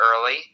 early